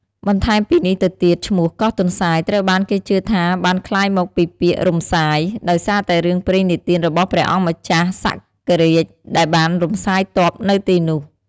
បន្ថែមពីនេះទៅទៀតឈ្មោះ "កោះទន្សាយ" ត្រូវបានគេជឿថាបានក្លាយមកពីពាក្យ "រំសាយ" ដោយសារតែរឿងព្រេងនិទានរបស់ព្រះអង្គម្ចាស់សកររាជដែលបានរំសាយទ័ពនៅទីនោះ។